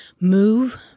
move